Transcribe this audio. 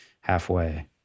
halfway